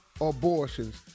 abortions